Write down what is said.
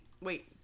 wait